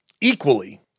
equally